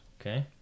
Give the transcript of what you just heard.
Okay